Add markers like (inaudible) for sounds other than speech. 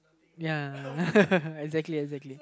ya (laughs) exactly exactly